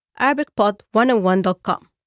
ArabicPod101.com